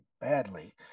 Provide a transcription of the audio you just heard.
badly